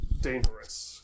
dangerous